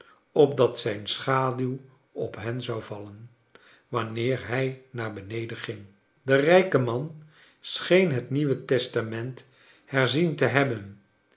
opdat zijn schaduw op hen zou vallen wanneer hij naar beneden ging de rijke man scheen het nieuwe testament herzien te hebben